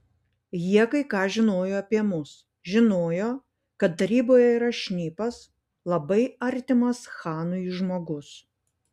jie kai ką žinojo apie mus žinojo kad taryboje yra šnipas labai artimas chanui žmogus